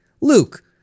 Luke